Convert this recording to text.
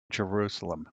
jerusalem